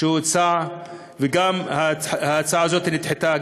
וגם ההצעה הזאת נדחתה,